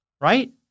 Right